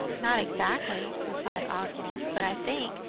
not exactly, replied oswald but i think,